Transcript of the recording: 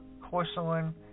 porcelain